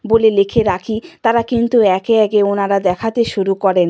বলে লিখে রাখি তারা কিন্তু একে একে ওনারা দেখাতে শুরু করেন